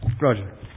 Roger